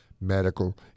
medical